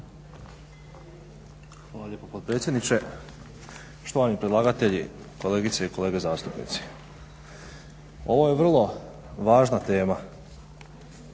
Hvala lijepa potpredsjedniče, štovani predlagatelji, kolegice i kolege zastupnici. Ovo je vrlo važna tema